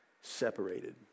separated